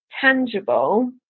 tangible